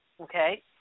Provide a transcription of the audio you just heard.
Okay